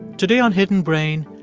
today on hidden brain,